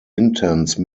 intense